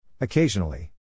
Occasionally